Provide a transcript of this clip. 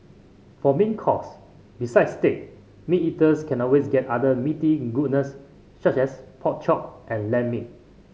for main course besides steak meat eaters can always get other meaty goodness such as pork chop and lamb meat